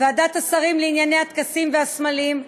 ועדת השרים לענייני הטקסים והסמלים,